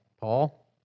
Paul